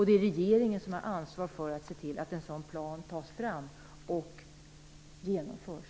Det är regeringen som har ansvar för att se till att en sådan plan tas fram och genomförs.